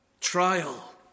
trial